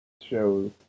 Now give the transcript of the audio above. shows